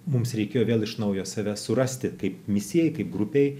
mums reikėjo vėl iš naujo save surasti kaip misijai kaip grupei